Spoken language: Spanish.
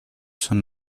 son